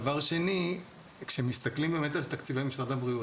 דבר שני: כשמסתכלים על תקציבי משרד הבריאות,